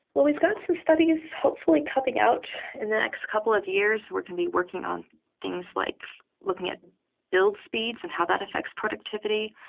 well, we've got some studies hopefully coming out in the next couple of years. we're going to be working on things like looking at build speeds and how that affects productivity.